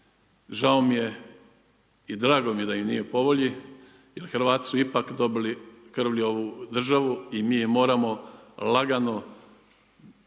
žao mi je i drago mi je da im nije po volji jer Hrvati su ipak dobili krvlju ovu državu i mi je moramo lagano,